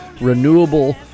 renewable